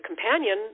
companion